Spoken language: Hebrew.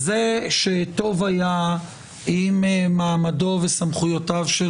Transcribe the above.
זה שטוב היה אם מעמדו וסמכויותיו של